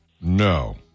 No